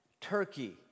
Turkey